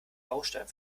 baustein